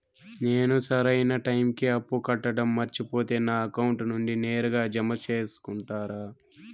నేను సరైన టైముకి అప్పు కట్టడం మర్చిపోతే నా అకౌంట్ నుండి నేరుగా జామ సేసుకుంటారా?